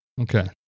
Okay